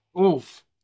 Oof